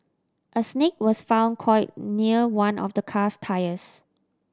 a snake was found coiled near one of the car's tyres